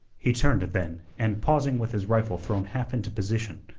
he turned then and, pausing with his rifle thrown half into position,